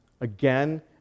Again